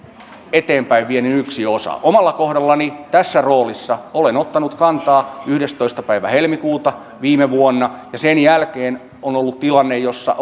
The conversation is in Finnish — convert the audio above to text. eteenpäinviennin yksi osa omalla kohdallani tässä roolissa olen ottanut kantaa yhdestoista päivä helmikuuta viime vuonna ja sen jälkeen on ollut tilanne jossa